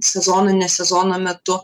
sezono ne sezono metu